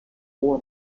four